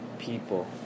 People